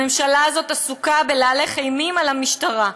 הממשלה הזאת עסוקה בלהלך אימים על המשטרה.